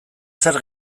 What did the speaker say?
zer